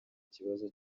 ikibazo